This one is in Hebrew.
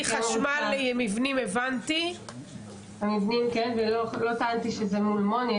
לגבי המבנים לא טענתי שזה מול מוני,